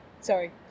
Sorry